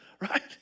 Right